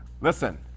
listen